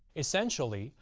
essentially,